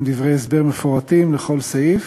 עם דברי הסבר מפורטים לכל סעיף,